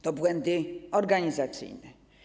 To są błędy organizacyjne.